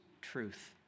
truth